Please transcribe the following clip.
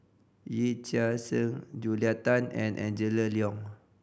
Yee Chia Hsing Julia Tan and Angela Liong